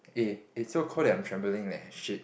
eh it's so cold that I'm trembling leh shit